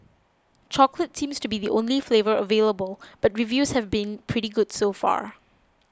chocolate seems to be the only flavour available but reviews have been pretty good so far